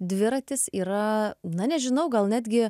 dviratis yra na nežinau gal netgi